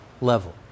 level